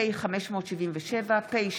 פ/577/24,